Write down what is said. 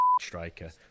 striker